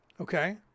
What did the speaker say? Okay